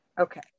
Okay